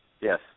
Yes